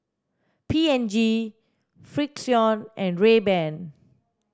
P and G Frixion and Rayban